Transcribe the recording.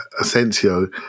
Asensio